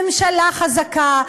ממשלה חזקה,